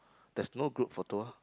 that's no group photo ah